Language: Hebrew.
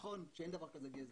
נכון שאין דבר כזה גזע,